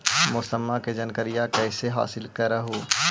मौसमा के जनकरिया कैसे हासिल कर हू?